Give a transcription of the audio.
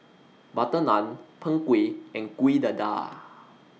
Butter Naan Png Kueh and Kuih Dadar